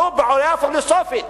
זו בעיה פילוסופית.